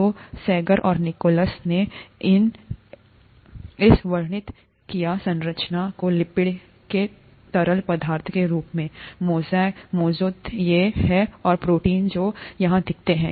तो सेंगर और निकोलसन ने इसवर्णित किया संरचना को लिपिड के एक तरल पदार्थ के रूप मेंजो ये हैं और प्रोटीन जो यहां देखे जाते हैं